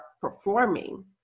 performing